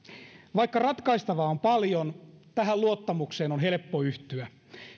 vaikka ratkaistavaa on paljon tähän luottamukseen on helppo yhtyä